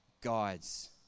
guides